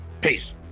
Peace